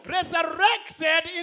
Resurrected